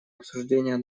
обсуждения